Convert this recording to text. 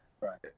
Right